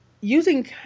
using